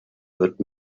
wird